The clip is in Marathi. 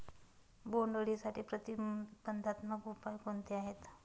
बोंडअळीसाठी प्रतिबंधात्मक उपाय कोणते आहेत?